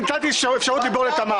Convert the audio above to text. אני נתתי זכות דיבור לתמר.